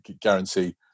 guarantee